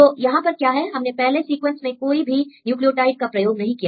तो यहां पर क्या है हमने पहले सीक्वेंस में कोई भी न्यूक्लियोटाइड का प्रयोग नहीं किया